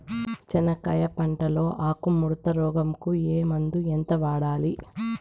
చెనక్కాయ పంట లో ఆకు ముడత రోగం కు ఏ మందు ఎంత వాడాలి?